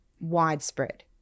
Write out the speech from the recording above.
widespread